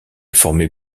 formé